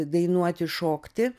dainuoti šokti